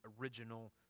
original